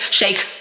shake